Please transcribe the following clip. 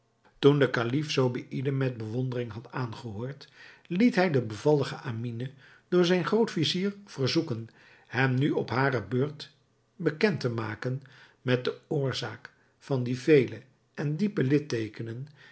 toen de kalif zobeïde met bewondering had aangehoord liet hij de bevallige amine door zijn groot-vizier verzoeken hem nu op hare beurt bekend te maken met de oorzaak van die vele en diepe